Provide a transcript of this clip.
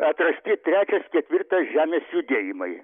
atrasti trečias ketvirtas žemės judėjimai